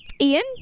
Ian